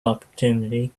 opportunity